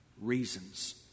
reasons